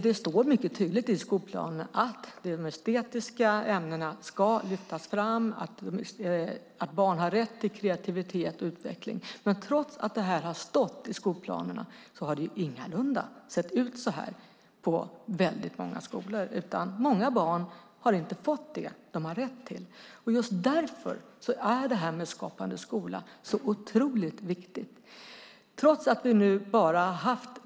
Det står mycket tydligt i skolplanerna att de estetiska ämnena ska lyftas fram och att barn har rätt till kreativitet och utveckling. Trots detta har det ingalunda sett ut så på väldigt många skolor, utan många barn har inte fått det de har rätt till. Just därför är detta med Skapande skola så otroligt viktigt.